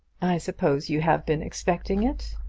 i suppose you have been expecting it.